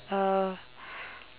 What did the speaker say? uh